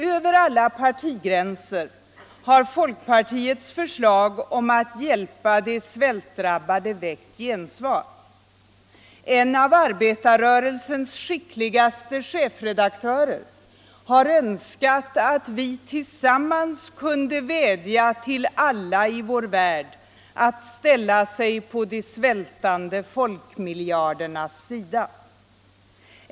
Över alla partigränser har folkpartiets förslag om att hjälpa de svältdrabbade väckt gensvar. En av arbetarrörelsens skickligaste chefredaktörer har önskat, att vi tillsammans kunde vädja till alla i vår värld att ställa sig på de svältande folkmiljardernas sida.